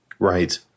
Right